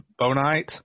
Bonite